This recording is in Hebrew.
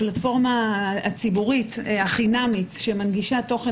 הפלטפורמה הציבורית החינמית שמנגישה תוכן